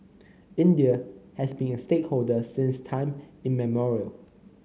India has been a stakeholder since time immemorial